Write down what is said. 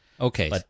Okay